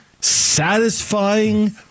Satisfying